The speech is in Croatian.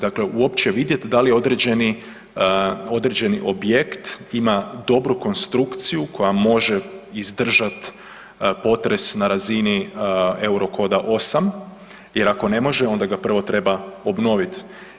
Dakle, uopće vidjet da li određeni, određeni objekt ima dobru konstrukciju koja može izdržat potres na razini eurokoda 8 jel ako ne može onda ga prvo treba obnovit.